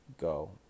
go